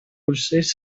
procés